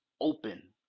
open